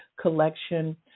collection